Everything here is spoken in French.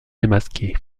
démasqué